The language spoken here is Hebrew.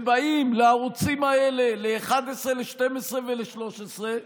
ובאים לערוצים האלה, ל-11, ל-12 ול-13,